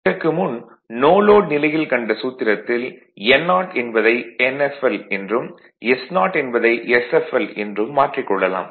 இதற்கு முன் no load நிலையில் கண்ட சூத்திரத்தில் n0 என்பதை nfl என்றும் s0 என்பதை sfl என்றும் மாற்றிக் கொள்ளலாம்